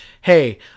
Hey